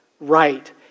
right